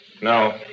No